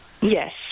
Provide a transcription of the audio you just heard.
Yes